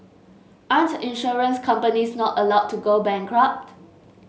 aren't insurance companies not allowed to go bankrupt